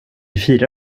fira